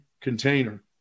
container